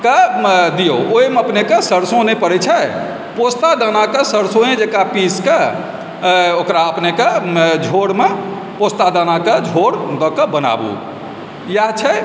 के दियौ ओहि मे अपनेके सरसो नहि पड़ै छै पोस्तादानाके सरसोये जकाँ पीसकऽ ओकरा अपनेके झोरमे पोस्तादानाके झोड़ दए कऽ बनाबू इएह छै